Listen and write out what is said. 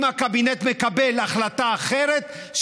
אם הקבינט מקבל החלטה אחרת,